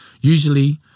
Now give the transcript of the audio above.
usually